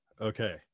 Okay